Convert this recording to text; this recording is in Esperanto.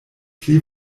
pli